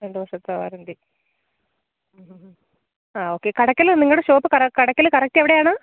രണ്ടുവര്ഷത്തെ warranty മ് മ് ആ ഓക്കെ കടയ്ക്കൽ നിങ്ങളുടെ ഷോപ്പ് കടയ്ക്കൽ കറക്റ്റ് എവിടെയാണ്